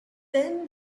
then